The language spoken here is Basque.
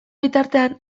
bitartean